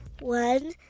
one